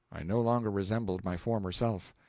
i no longer resembled my former self.